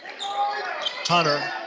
Hunter